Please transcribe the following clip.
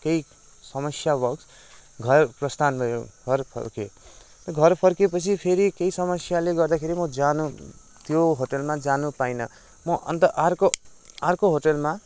केही समस्यावश घर प्रस्थान गरेँ घर फर्किएँ घर फर्किएपछि फेरि केही समस्याले गर्दाखेरि म जानु त्यो होटेलमा जानु पाइनँ म अन्त अर्को होटेलमा